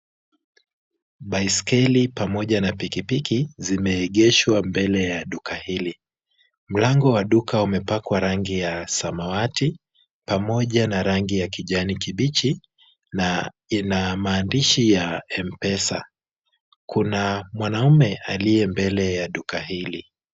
Baiskeli pamoja na piki piki zimeegeshwa mbele ya duka hili. Mlango wa duka umepakwa rangi ya samawati pamoja na rangi ya kijani kibichi na ina maandishi ya M-Pesa. Kuna mwanaume aliye mbele ya duka hili.